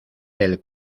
del